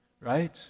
Right